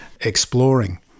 exploring